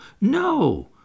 No